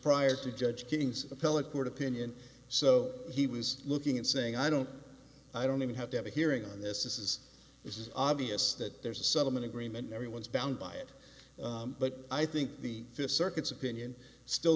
prior to judge king's appellate court opinion so he was looking at saying i don't i don't even have to have a hearing on this this is this is obvious that there's a settlement agreement everyone's bound by it but i think the fifth circuit's opinion still